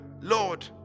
Lord